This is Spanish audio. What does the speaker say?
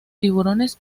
tiburones